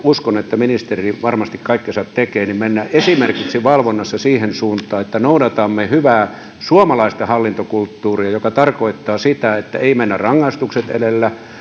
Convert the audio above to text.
uskon että ministeri varmasti kaikkensa tekee niin mennään esimerkiksi valvonnassa siihen suuntaan että noudatamme hyvää suomalaista hallintokulttuuria se tarkoittaa sitä että ei mennä rangaistukset edellä